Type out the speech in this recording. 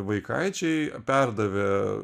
vaikaičiai perdavė